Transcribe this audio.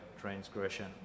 transgression